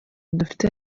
dufite